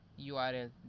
URL